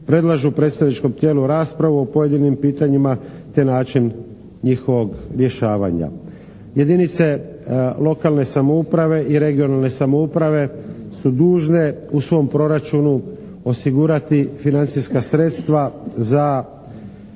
Predlažu predstavničkom tijelu raspravu o pojedinim pitanjima te način njihovog rješavanja. Jedinice lokalne samouprave i regionalne samouprave su dužne u svom proračunu osigurati financijska sredstva za